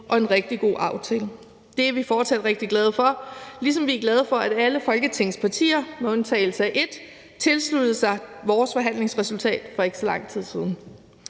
og en rigtig god aftale. Det er vi fortsat rigtig glade for, ligesom vi er glade for, at alle Folketingets partier med undtagelse af ét tilsluttede sig vores forhandlingsresultat for ikke så lang tid siden.